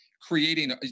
creating